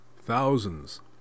thousands